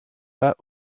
pas